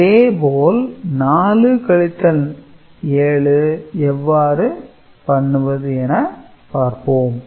இதே போல் 4 கழித்தல் 7 எவ்வாறு பண்ணுவது என பார்ப்போம்